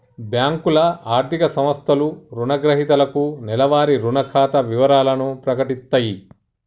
బ్యేంకులు, ఆర్థిక సంస్థలు రుణగ్రహీతలకు నెలవారీ రుణ ఖాతా వివరాలను ప్రకటిత్తయి